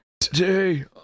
Today